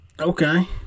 Okay